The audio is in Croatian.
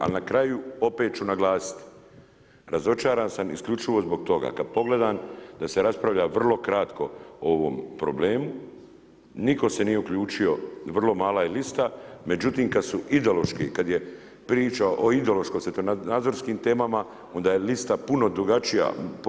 Ali na kraju opet ću naglasiti, razočaran sam isključivo zbog toga kada pogledam da se raspravlja vrlo kratko o ovom problemu, niko se nije uključio vrlo mala je lista, međutim kada je ideološki, kada je priča o ideološko svjetonazorskim temama onda je lista puna drugačija.